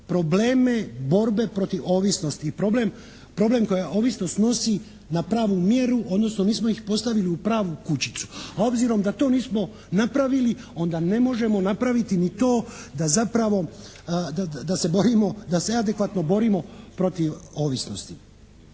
probleme borbe protiv ovisnosti, problem koja ovisnost nosi na pravu mjeru, odnosno nismo ih postavili u pravu kućicu. A obzirom da to nismo napravili, onda ne možemo napraviti ni to da zapravo da se borimo, da se adekvatno borimo protiv ovisnosti.